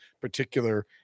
particular